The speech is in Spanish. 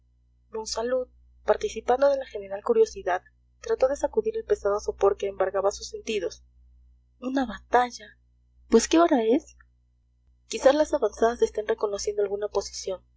puebla monsalud participando de la general curiosidad trató de sacudir el pesado sopor que embargaba sus sentidos una batalla pues qué hora es quizás las avanzadas estén reconociendo alguna posición